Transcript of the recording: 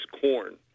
corn